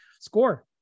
score